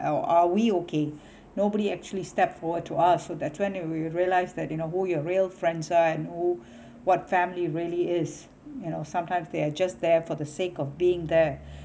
or are we okay nobody actually step forward to ask so that's why when we realise that you know who your real friends are and who what family really is you know sometimes they are just there for the sake of being there